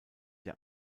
der